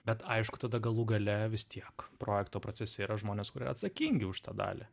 bet aišku tada galų gale vis tiek projekto procese yra žmonės kurie atsakingi už tą dalį